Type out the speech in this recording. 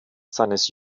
seines